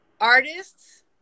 artists